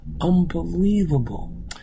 Unbelievable